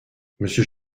monsieur